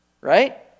right